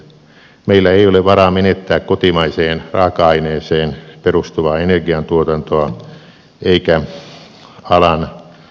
meillä ei ole varaa menettää kotimaiseen raaka aineeseen perustuvaa energiantuotantoa eikä alan työpaikkoja